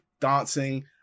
dancing